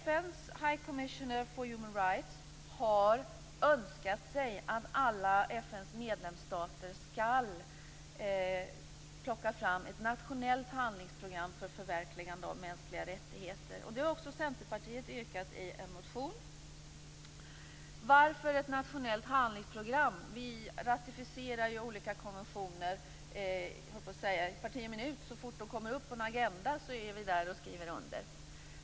FN:s High commissioner for Human Rights har önskat sig att alla FN:s medlemsstater skall plocka fram ett nationellt handlingsprogram för förverkligande av mänskliga rättigheter. Det har också Centerpartiet yrkat i en motion. Varför ett nationellt handlingsprogram? Vi ratificerar ju olika konventioner i parti och minut. Så fort de kommer upp på en agenda, så är vi där och skriver under.